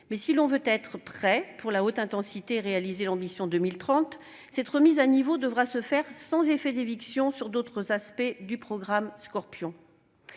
; si l'on veut être prêt pour la haute intensité et réaliser l'Ambition 2030, cette remise à niveau devra se faire sans effet d'éviction sur d'autres aspects du programme Scorpion.